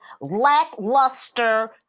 lackluster